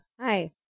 Hi